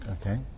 Okay